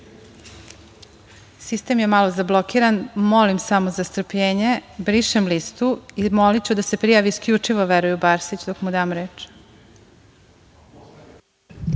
Arsić. Sistem je malo zablokiran, molim za strpljenje, brišem listu i moliću da se prijavi isključivo Veroljub Arsić, dok mu dam reč.